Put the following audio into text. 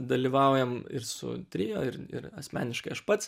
dalyvaujam ir su trio ir ir asmeniškai aš pats